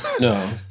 No